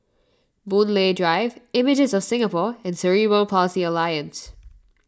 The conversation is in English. Boon Lay Drive Images of Singapore and Cerebral Palsy Alliance